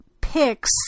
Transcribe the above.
picks